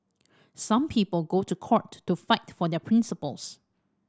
some people go to court to fight for their principles